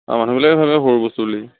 আমাৰ মানুহবিলাকে ভাবে সৰু বস্তু বুলি